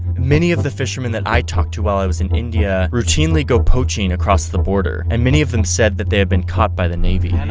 many of the fishermen that i talked to while i was in india routinely go poaching across the border and many of them said that they had been caught by the navy. and